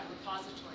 repository